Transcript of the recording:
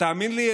ותאמין לי,